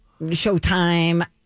Showtime